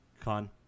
con